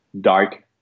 dark